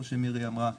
כמו שמירי אמרה,